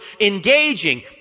engaging